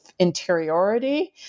interiority